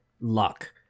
luck